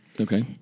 Okay